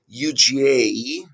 UGA